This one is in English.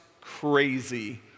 crazy